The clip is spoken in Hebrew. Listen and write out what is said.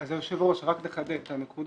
אז היושב ראש, רק לחדד את הנקודה.